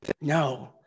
No